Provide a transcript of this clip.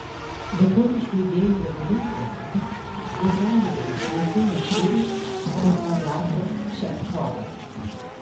beprotiškų idėjų labirintuose dizaineriai martynas sirius ir eduardas ševcovas